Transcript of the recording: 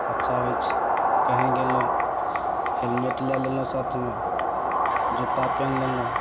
अच्छा होइ छै कहीँ गेलहुँ हेलमेट लै लेलहुँ साथमे जुत्ता पिन्ह लेलहुँ